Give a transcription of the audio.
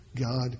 God